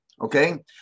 okay